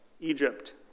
Egypt